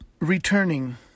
returning